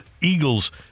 Eagles